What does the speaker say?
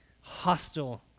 hostile